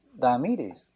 Diomedes